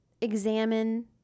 examine